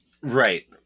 right